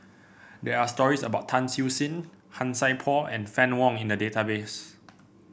there are stories about Tan Siew Sin Han Sai Por and Fann Wong in the database